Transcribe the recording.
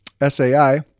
SAI